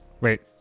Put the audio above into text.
Wait